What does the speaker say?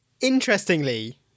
Interestingly